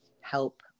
help